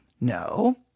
No